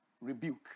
rebuke